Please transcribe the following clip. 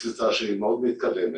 את התפיסה שהיא מתקדמת.